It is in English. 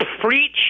preach